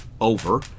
over